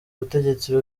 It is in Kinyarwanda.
ubutegetsi